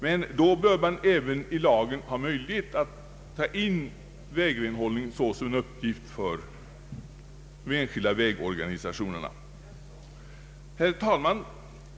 Men då bör man även ha möjlighet att i lagen skriva in vägrenhållning såsom en uppgift för de enskilda vägorganisationerna. Herr talman!